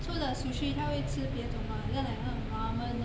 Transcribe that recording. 除了 sushi 他会吃别种吗很像 like those ramen ah